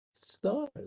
stars